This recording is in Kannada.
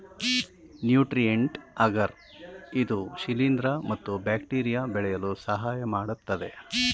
ನ್ಯೂಟ್ರಿಯೆಂಟ್ ಅಗರ್ ಇದು ಶಿಲಿಂದ್ರ ಮತ್ತು ಬ್ಯಾಕ್ಟೀರಿಯಾ ಬೆಳೆಯಲು ಸಹಾಯಮಾಡತ್ತದೆ